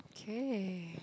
K